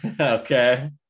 okay